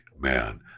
man